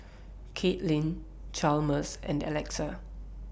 Caitlin Chalmers and Alexa